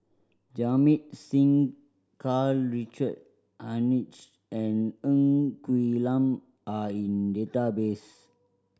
Jamit Singh Karl Richard Hanitsch and Ng Quee Lam are in database